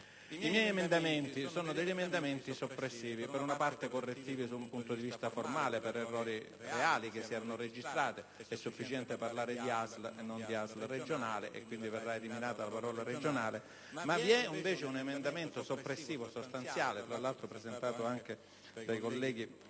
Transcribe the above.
I miei emendamenti sono soppressivi per una parte, e per un'altra correttivi da un punto di vista formale per errori reali che si erano registrati: è sufficiente parlare di ASL e non di ASL regionale e quindi verrà eliminata la parola regionale. Ma vi è soprattutto un emendamento soppressivo sostanziale, tra l'altro presentato anche dai colleghi radicali,